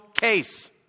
case